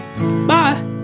Bye